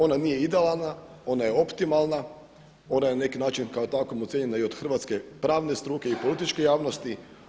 Ona nije idealna, ona je optimalna, ona je na neki način takvom ocijenjena i od hrvatske pravne struke i političke javnosti.